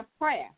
prayer